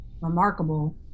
remarkable